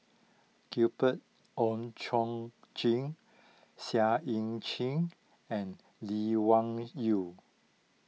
Gabriel Oon Chong Jin Seah Eu Chin and Lee Wung Yew